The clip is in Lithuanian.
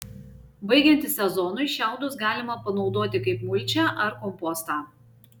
baigiantis sezonui šiaudus galima panaudoti kaip mulčią ar kompostą